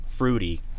fruity